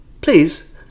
Please